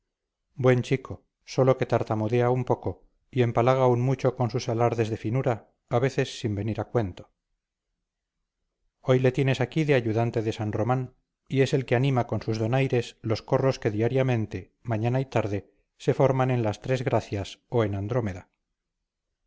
buen chico sólo que tartamudea un poco y empalaga un mucho con sus alardes de finura a veces sin venir a cuento hoy le tienes aquí de ayudante de san román y es el que anima con sus donaires los corros que diariamente mañana y tarde se forman en las tres gracias o en andrómeda